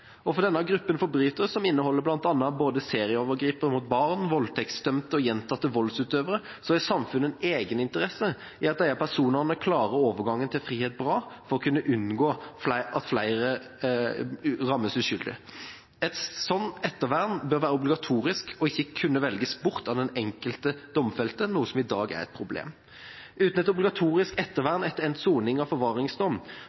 Og for denne gruppen forbrytere, som inneholder bl.a. både serieovergripere mot barn, voldtektsdømte og gjentatte voldsutøvere, har samfunnet en egeninteresse i at disse personene klarer overgangen til frihet bra, for å unngå at flere rammes uskyldig. Et slikt ettervern bør være obligatorisk og ikke kunne velges bort av den enkelte domfelte, noe som i dag er et problem. Uten et obligatorisk